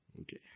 Okay